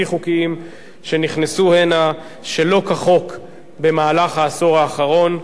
חוקיים שנכנסו הנה שלא כחוק במהלך העשור האחרון.